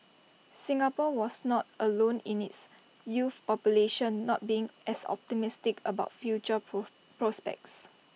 Singapore was not alone in its youth population not being as optimistic about future pro prospects